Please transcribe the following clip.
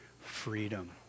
freedom